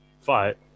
fight